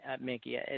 Mickey